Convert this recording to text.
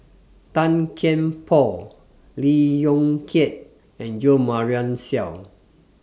Tan Kian Por Lee Yong Kiat and Jo Marion Seow